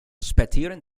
späteren